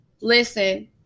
Listen